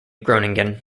groningen